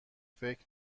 فکر